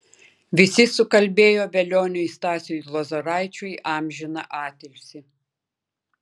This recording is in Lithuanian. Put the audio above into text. visi sukalbėjo velioniui stasiui lozoraičiui amžiną atilsį